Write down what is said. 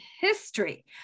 history